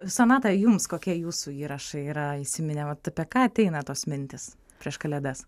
sonata jums kokie jūsų įrašai yra įsiminę vat apie ką ateina tos mintys prieš kalėdas